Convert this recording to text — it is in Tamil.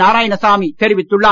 நாராயணசாமி தெரிவித்துள்ளார்